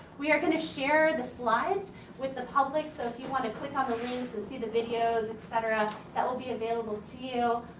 we are gonna share the slides with the public so if you wanna click on ah the links and see the videos, et cetera, that will be available to you.